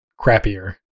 crappier